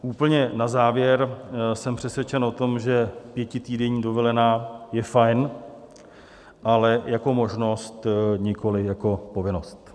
Úplně na závěr: jsem přesvědčen o tom, že pětitýdenní dovolená je fajn, ale jako možnost, nikoliv jako povinnost.